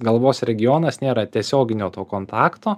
galvos regionas nėra tiesioginio to kontakto